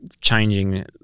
changing